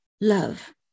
love